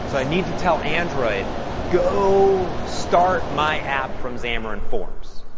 so need to tell android, go start my app from xamarin forms.